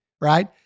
right